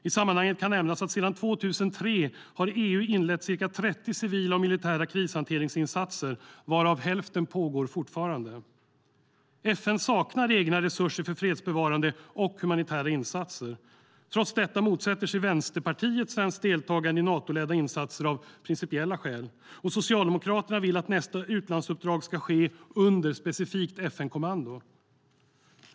I sammanhanget kan nämnas att sedan 2003 har EU inlett ca 30 civila och militära krishanteringsinsatser, varav hälften fortfarande pågår. FN saknar egna resurser för fredsbevarande och humanitära insatser. Trots detta motsätter sig Vänsterpartiet svenskt deltagande i Natoledda insatser av principiella skäl. Och Socialdemokraterna vill att nästa utlandsuppdrag ska ske under specifikt FN-kommando.